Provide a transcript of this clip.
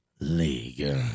League